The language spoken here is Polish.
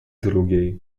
drugiej